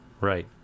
right